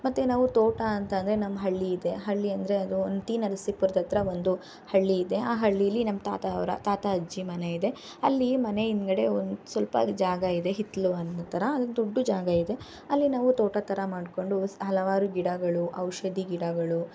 ಮತ್ತು ನಾವು ತೋಟ ಅಂತಂದರೆ ನಮ್ಮ ಹಳ್ಳಿ ಇದೆ ಹಳ್ಳಿ ಅಂದರೆ ಅದು ಟಿ ನರಸೀಪುರದ ಹತ್ರ ಒಂದು ಹಳ್ಳಿ ಇದೆ ಆ ಹಳ್ಳೀಲಿ ನಮ್ಮ ತಾತ ಅವರ ತಾತ ಅಜ್ಜಿ ಮನೆ ಇದೆ ಅಲ್ಲಿ ಮನೆ ಹಿಂದ್ಗಡೆ ಒಂದು ಸ್ವಲ್ಪ ಜಾಗ ಇದೆ ಹಿತ್ತಲು ಅನ್ನೋ ಥರ ಅಲ್ಲಿ ದೊಡ್ಡ ಜಾಗ ಇದೆ ಅಲ್ಲಿ ನಾವು ತೋಟದ ಥರ ಮಾಡಿಕೊಂಡು ಹಲವಾರು ಗಿಡಗಳು ಔಷಧಿ ಗಿಡಗಳು